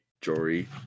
Jory